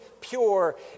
pure